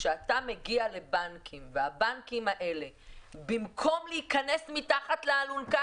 כשאתה מגיע לבנקים והם במקום מתחת להכנס מתחת לאלונקה,